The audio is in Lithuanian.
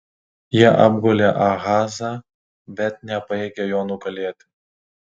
jie apgulė ahazą bet nepajėgė jo nugalėti